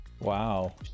Wow